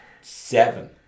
seven